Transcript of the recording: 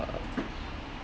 uh